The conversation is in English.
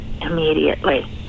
Immediately